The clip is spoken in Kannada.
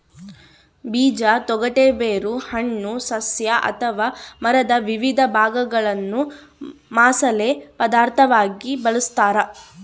ಬೀಜ ತೊಗಟೆ ಬೇರು ಹಣ್ಣು ಸಸ್ಯ ಅಥವಾ ಮರದ ವಿವಿಧ ಭಾಗಗಳನ್ನು ಮಸಾಲೆ ಪದಾರ್ಥವಾಗಿ ಬಳಸತಾರ